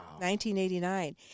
1989